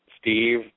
Steve